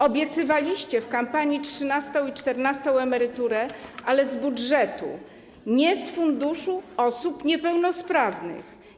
Obiecywaliście w kampanii trzynastą i czternastą emeryturę, ale z budżetu, nie z funduszu osób niepełnosprawnych.